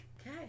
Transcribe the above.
okay